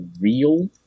real